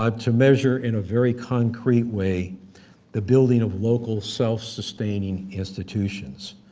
ah to measure in a very concrete way the building of local self-sustaining institutions.